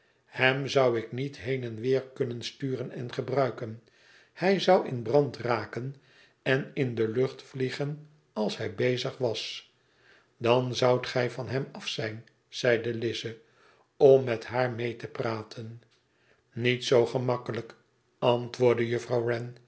hem zou ik niet heen en weer kunnen sturen en gebruiken hij zou in brand raken en in de lucht vliegen als hij bezig was dan zoudt gij van hem af zijn zeide lize om met haar mee te praten niet zoo gemakkelijk antwoordde juffrouw